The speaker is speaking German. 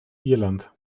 irland